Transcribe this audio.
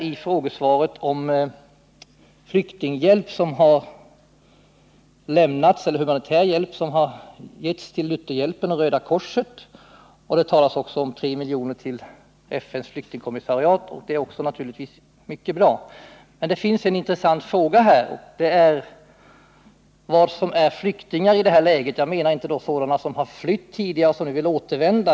I frågesvaret talas vidare om den humanitära hjälp som har lämnats till Lutherhjälpen och Röda korset liksom om ett bidrag på 3 milj.kr. till FN:s flyktingkommissariat, något som naturligtvis är mycket positivt. Men en intressant fråga i sammanhanget är vad som här menas med flyktingar. Enligt min mening är det sådana som har flytt tidigare och som nu vill återvända.